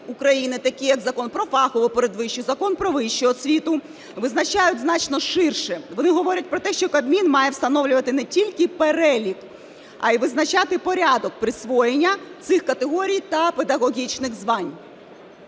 такі як Закон "Про фахову передвищу", Закон "Про вищу освіту" визначають значно ширше. Вони говорять про те, що Кабмін має встановлювати не тільки перелік, а і визначати порядок присвоєння цих категорій та педагогічних звань.